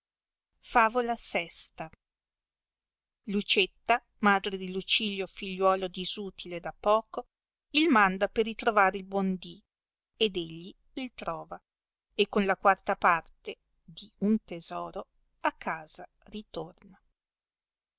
favola yl lucietta madre di lucilio figliuolo disutile e da poco il manda per ritrovar il buon dì ed egli il trova e con la quarta parte di un tesoro a casa ritorna